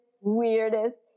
weirdest